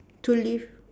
to live